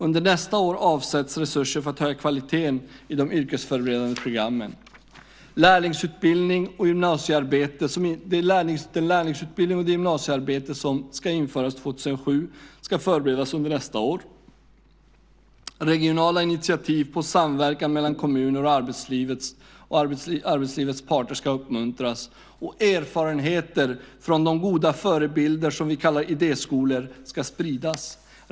Under nästa år avsätts resurser för att höja kvaliteten i de yrkesförberedande programmen. Den lärlingsutbildning och det gymnasiearbete som ska införas 2007 ska förberedas under nästa år. Regionala initiativ om samverkan mellan kommuner och arbetslivets parter ska uppmuntras. Och erfarenheter från de goda förebilder som vi kallar idéskolor ska spridas.